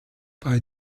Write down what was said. bei